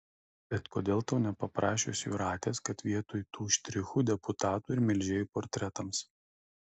bet kodėl tau nepaprašius jūratės kad vietoj tų štrichų deputatų ir melžėjų portretams